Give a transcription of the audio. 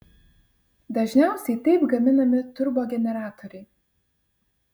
dažniausiai taip gaminami turbogeneratoriai